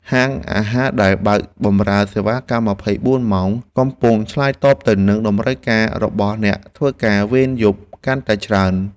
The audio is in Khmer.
ហាងអាហារដែលបើកបម្រើសេវាកម្ម ២៤ ម៉ោងកំពុងឆ្លើយតបទៅនឹងតម្រូវការរបស់អ្នកធ្វើការវេនយប់កាន់តែច្រើន។